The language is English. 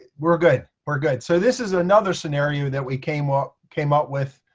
ah we're good. we're good. so this is another scenario that we came up came up with.